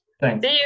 Thanks